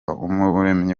umuremyi